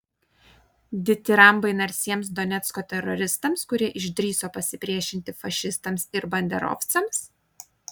ditirambai narsiems donecko teroristams kurie išdrįso pasipriešinti fašistams ir banderovcams